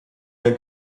der